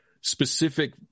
specific